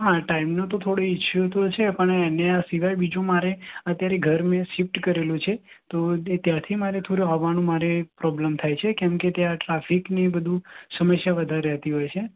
હા ટાઈમનો તો થોડો ઇસ્યુ તો છે પણ એના સિવાય બીજું મારે અત્યારે ઘર મેં શિફ્ટ કરેલું છે તો તે ત્યાંથી મારે થોડું આવવાનું મારે પ્રોબ્લમ થાય છે કેમકે ત્યાં ટ્રાફિક ને એ બધું સમસ્યા વધારે રહેતી હોય છે